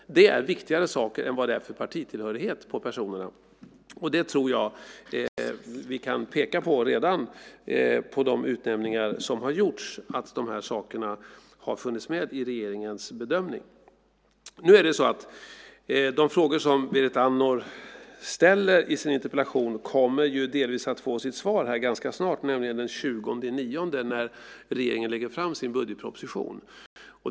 Det är viktigare saker än partitillhörighet för dessa personer. Jag tror att vi redan i fråga om de utnämningar som har gjorts kan peka på att dessa saker har funnits med i regeringens bedömning. Berit Andnor kommer delvis att ganska snart få svar på de frågor som hon ställer i sin interpellation, nämligen den 20 september när regeringen lägger fram sin budgetproposition.